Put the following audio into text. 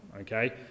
okay